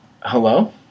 hello